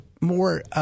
more